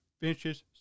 vicious